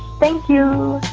thank you.